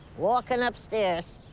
walking up stairs.